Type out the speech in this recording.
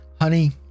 Honey